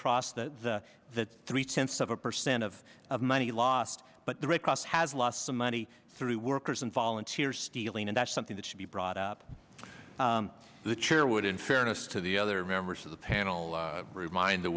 cross that that three tenths of a percent of of money lost but the red cross has lost some money through workers and volunteers stealing and that's something that should be brought up the chair would in fairness to the other members of the panel remind the